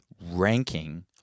ranking